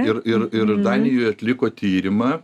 ir ir ir danijoj atliko tyrimą